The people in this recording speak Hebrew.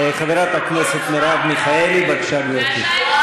חברת הכנסת מרב מיכאלי, בבקשה, גברתי.